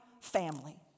family